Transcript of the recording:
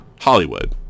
Hollywood